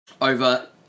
over